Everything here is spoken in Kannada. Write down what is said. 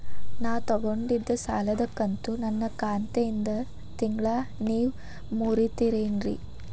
ನಾ ತೊಗೊಂಡಿದ್ದ ಸಾಲದ ಕಂತು ನನ್ನ ಖಾತೆಯಿಂದ ತಿಂಗಳಾ ನೇವ್ ಮುರೇತೇರೇನ್ರೇ?